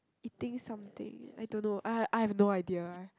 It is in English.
eating something I don't know I I have no idea